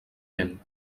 vent